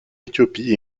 éthiopie